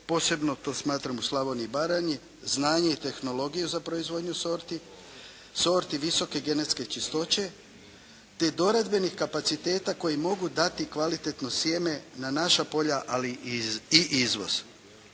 posebno to smatram u Slavoniji i Baranji, znanje i tehnologiju za proizvodnju sorti, sorti visoke genetske čistoće te doradbenih kapaciteta koji mogu dati kvalitetno sjeme na naša polja ali i izvoz.